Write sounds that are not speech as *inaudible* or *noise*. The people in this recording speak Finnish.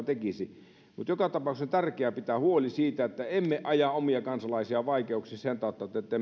*unintelligible* tekisi joka tapauksessa on tärkeää pitää huoli siitä että emme aja omia kansalaisiamme vaikeuksiin sen tautta että että *unintelligible*